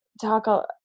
talk